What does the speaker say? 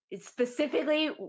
specifically